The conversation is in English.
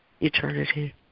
eternity